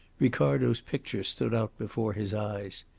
ricardo's picture stood out before his eyes.